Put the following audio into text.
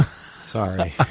Sorry